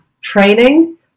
training